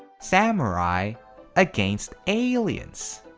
samurai against aliens!